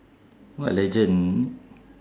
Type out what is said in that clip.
what legend